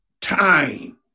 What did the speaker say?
time